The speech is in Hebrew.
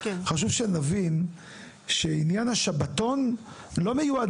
חשוב שנבין שעניין השבתון לא מיועד